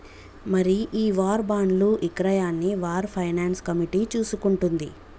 మరి ఈ వార్ బాండ్లు ఇక్రయాన్ని వార్ ఫైనాన్స్ కమిటీ చూసుకుంటుంది